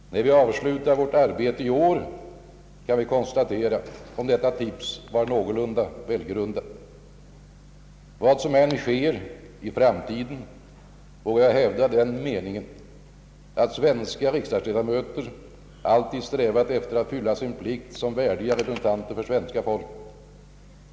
När vi har avslutat vårt arbete i år kan vi konstatera om detta tips var någorlunda välgrundat. Vad som än sker i framtiden vågar jag hävda den meningen att svenska riksdagsledamöter alltid har strävat efter att fylla sin plikt som värdiga representanter för svenska folket.